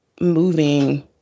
moving